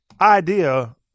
idea